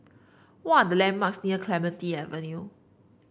what are the landmarks near Clementi Avenue